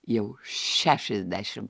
jau šešiasdešim